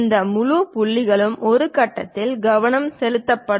இந்த முழு புள்ளிகளும் ஒரு கட்டத்தில் கவனம் செலுத்தப்படும்